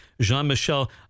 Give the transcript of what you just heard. Jean-Michel